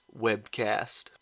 Webcast